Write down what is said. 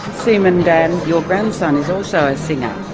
seaman dan, your grandson is also a singer?